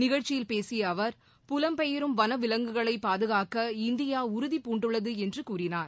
நிகழ்ச்சியில் பேசியஅவர் புலம்பெயரும் வனவிலங்குகளைபாதுகாக்க இந்தியாஉறுதிபூண்டுள்ளதுஎன்றுகூறினார்